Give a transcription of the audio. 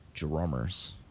drummers